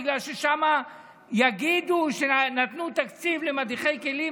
בגלל ששם יגידו שנתנו תקציב למדיחי כלים?